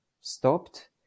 stopped